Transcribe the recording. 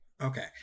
Okay